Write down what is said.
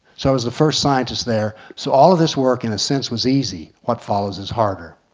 so as the first scientist there so all of this work in a sense was easy. what follows is harder.